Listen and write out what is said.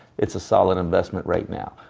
it's a sell and investment right now.